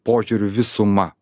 požiūrių visuma